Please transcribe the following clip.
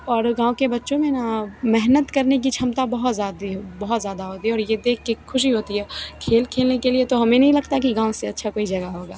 और गाँव के बच्चों में ना मेहनत करने की क्षमता बहोत ज़्यादा बहुत ज़्यादा होती है और यह देख कर खुशी होती है खेल खेलने के लिए तो हमें भी लगता है कि गाँव से अच्छा कोई जगह होगा